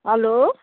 hello